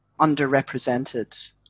underrepresented